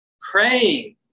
Praying